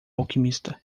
alquimista